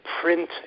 print